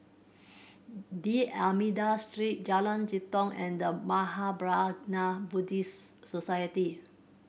D'Almeida Street Jalan Jitong and The Mahaprajna Buddhist Society